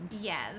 Yes